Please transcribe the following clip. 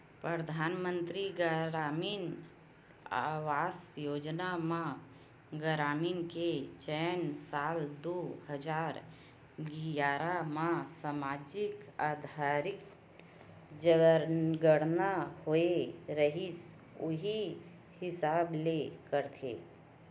परधानमंतरी गरामीन आवास योजना म ग्रामीन के चयन साल दू हजार गियारा म समाजिक, आरथिक जनगनना होए रिहिस उही हिसाब ले करथे